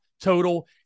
total